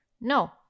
No